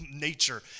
nature